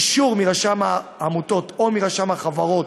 אישור מרשם העמותות או מרשם החברות,